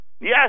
Yes